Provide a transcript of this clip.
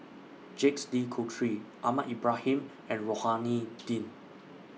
Jacques De Coutre Ahmad Ibrahim and Rohani Din